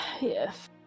Yes